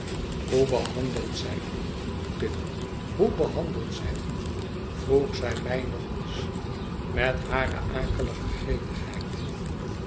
hoe behandelt zij u pip hoe behandelt zij u vroeg zij mij nog eens met hare akelige